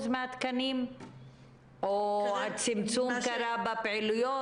מהתקנים או שהצמצום קרה בפעילויות?